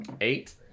Eight